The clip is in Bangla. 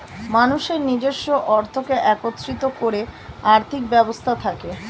মানুষের নিজস্ব অর্থকে একত্রিত করে আর্থিক ব্যবস্থা থাকে